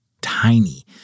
tiny